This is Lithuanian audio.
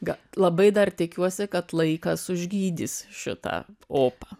gal labai dar tikiuosi kad laikas užgydys šitą opą